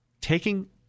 taking